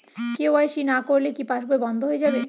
KYC না করলে কি পাশবই বন্ধ হয়ে যাবে?